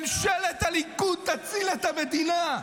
ממשלת הליכוד תציל את המדינה.